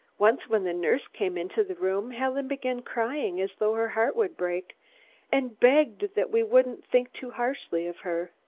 once when the nurse came into the room, helen began crying as though her heart would break and begged that we wouldn't think too harshly of her.